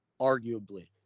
arguably